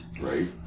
Right